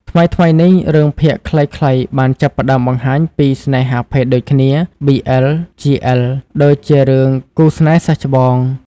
ថ្មីៗនេះ រឿងភាគខ្លីៗបានចាប់ផ្តើមបង្ហាញពី ស្នេហាភេទដូចគ្នា BL/GL ដូចជារឿង "កូស្នេហ៍សិស្សច្បង"។